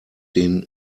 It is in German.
den